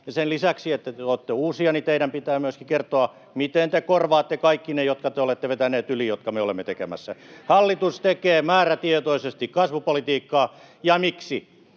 sen lisäksi, että te tuotte uusia, teidän pitää myöskin kertoa, miten te korvaatte kaikki ne, jotka te olette vetäneet yli, jotka me olemme tekemässä. [Välihuutoja — Tytti Tuppurainen